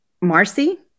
Marcy